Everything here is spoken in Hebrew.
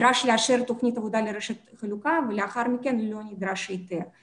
נדרש לאשר תוכנית עבודה לרשת חלוקה ולאחר מכן לא נדרש היתר.